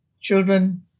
children